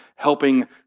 helping